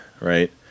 right